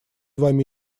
вами